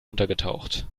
untergetaucht